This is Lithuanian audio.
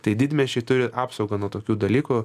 tai didmiesčiai turi apsaugą nuo tokių dalykų